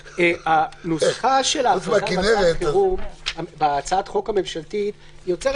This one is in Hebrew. הנוסחה של ההכרזה על מצב חירום בהצעת החוק הממשלתית יוצרת